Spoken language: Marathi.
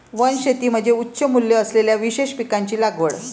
वनशेती म्हणजे उच्च मूल्य असलेल्या विशेष पिकांची लागवड